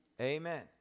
Amen